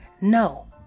No